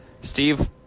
Steve